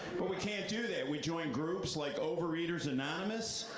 but we can't do that. we join groups like overeaters anonymous.